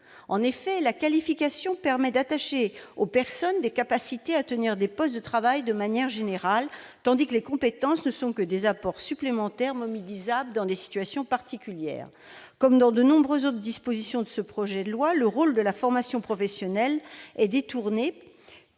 En effet, la qualification permet d'attacher aux personnes des capacités à tenir des postes de travail de manière générale, tandis que les compétences ne sont que des apports supplémentaires mobilisables dans des situations particulières. Comme dans de nombreuses autres dispositions de ce projet de loi, le rôle de la formation professionnelle est détourné.